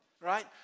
right